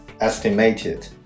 estimated